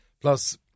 Plus